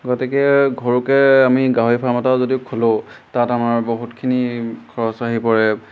গতিকে সৰুকৈ আমি গাহৰি ফাৰ্ম এটাও যদি খোলোঁ তাত আমাৰ বহুতখিনি খৰচ আহি পৰে